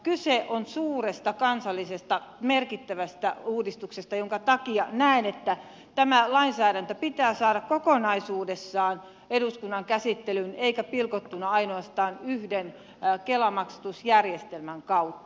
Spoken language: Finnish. kyse on suuresta kansallisesta merkittävästä uudistuksesta minkä takia näen että tämä lainsäädäntö pitää saada kokonaisuudessaan eduskunnan käsittelyyn eikä pilkottuna ainoastaan yhden kela maksatusjärjestelmän kautta